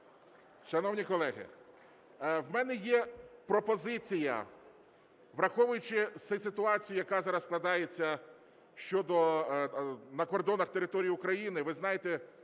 шановні колеги, в мене є пропозиція, враховуючи ситуацію, яка зараз складається на кордонах території України, ви знаєте,